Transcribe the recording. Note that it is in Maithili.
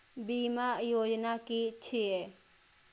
बीमा योजना कि छिऐ?